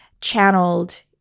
channeled